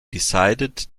decided